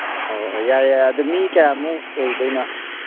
ꯑꯣ ꯌꯥꯏ ꯌꯥꯏ ꯑꯗꯨ ꯃꯤ ꯀꯌꯥꯃꯨꯛ ꯑꯣꯏꯗꯣꯏꯅꯣ